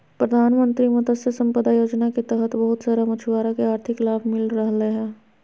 प्रधानमंत्री मत्स्य संपदा योजना के तहत बहुत सारा मछुआरा के आर्थिक लाभ मिल रहलय हें